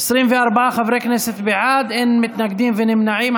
24 בעד, אין מתנגדים ואין נמנעים.